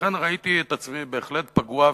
לכן ראיתי את עצמי בהחלט פגוע,